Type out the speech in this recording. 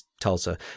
Tulsa